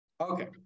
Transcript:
Okay